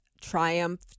triumph